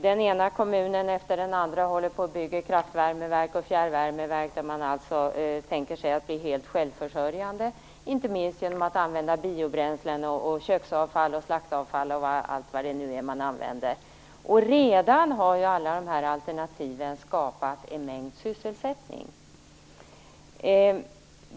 Den ena kommunen efter den andra håller på och bygger kraftvärmeverk och fjärrvärmeverk, och man tänker sig att bli helt självförsörjande - inte minst genom att använda biobränslen, köksavfall, slaktavfall och allt det nu är man använder. Redan har alla dessa alternativ skapat en mängd sysselsättning.